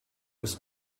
was